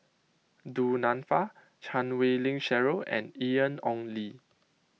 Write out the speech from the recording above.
Du Nanfa Chan Wei Ling Cheryl and Ian Ong Li